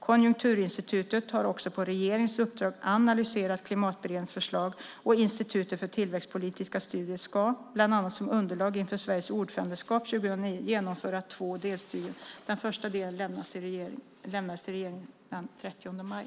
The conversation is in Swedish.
Konjunkturinstitutet har också på regeringens uppdrag analyserat Klimatberedningens förslag och Institutet för tillväxtpolitiska studier ska, bland annat som underlag inför Sveriges ordförandeskap 2009, genomföra två delstudier. Den första delen lämnades till regeringen den 30 maj.